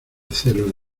celos